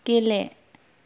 गेले